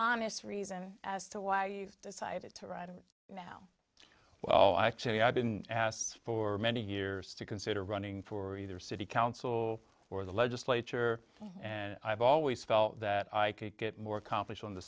honest reason as to why you decided to write it now well actually i've been asked for many years to consider running for either city council or the legislature and i've always felt that i could get more accomplished on the